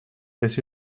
this